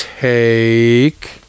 take